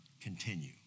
continue